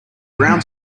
brown